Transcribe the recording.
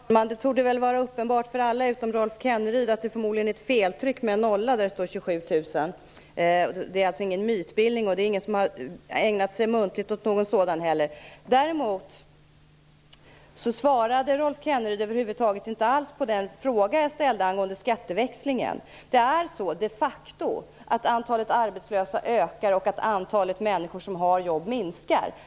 Herr talman! Det torde väl vara uppenbart för alla utom Rolf Kenneryd att det förmodligen blivit ett feltryck med en nolla för mycket, där det står 27 000. Det är alltså inte fråga om någon mytbildning, och det är heller ingen som muntligt har ägnat sig åt någon sådan. Rolf Kenneryd svarade över huvud taget inte på den fråga jag ställde angående skatteväxlingen. Det är de facto så att antalet arbetslösa ökar och att antalet människor som har jobb minskar.